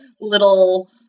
little